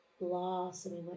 blossoming